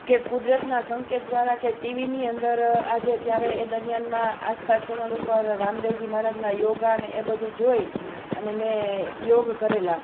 કે કુદરતના સંકેત દ્વારા કે ટીવીની અંદર આજે ત્યારે એ દરમિયાનમાં આસ્થા ચેનલ ઉપર રામદેવજી મહારાજના યોગાને એ બધું જોઈ અને મેં યોગ કરેલા